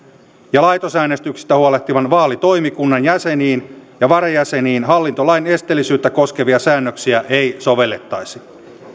ja laitosäänestyksestä huolehtivan vaalitoimikunnan jäseniin ja varajäseniin hallintolain esteellisyyttä koskevia säännöksiä ei sovellettaisi